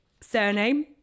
surname